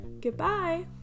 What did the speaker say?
goodbye